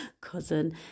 cousin